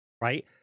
right